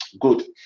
Good